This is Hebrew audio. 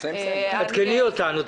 תעדכני אותנו.